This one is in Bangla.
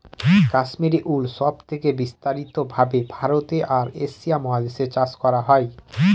কাশ্মিরী উল সব থেকে বিস্তারিত ভাবে ভারতে আর এশিয়া মহাদেশে চাষ করা হয়